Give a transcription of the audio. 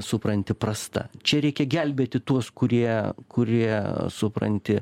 supranti prasta čia reikia gelbėti tuos kurie kurie supranti